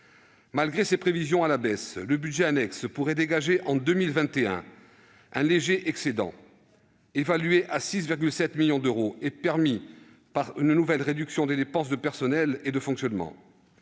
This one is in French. Malgré ces prévisions en baisse, ce budget annexe pourrait dégager en 2021 un léger excédent, évalué à 6,7 millions d'euros et rendu possible par une nouvelle réduction des dépenses de personnel et de fonctionnement.